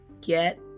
get